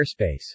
airspace